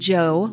Joe